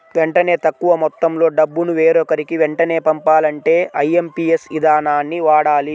వెంటనే తక్కువ మొత్తంలో డబ్బును వేరొకరికి వెంటనే పంపాలంటే ఐఎమ్పీఎస్ ఇదానాన్ని వాడాలి